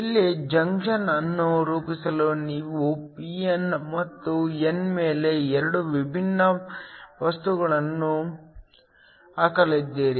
ಇಲ್ಲಿ ಜಂಕ್ಷನ್ ಅನ್ನು ರೂಪಿಸಲು ನೀವು p n ಮತ್ತು n ಮೇಲೆ 2 ವಿಭಿನ್ನ ವಸ್ತುಗಳನ್ನು ಹಾಕಲಿದ್ದೀರಿ